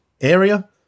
area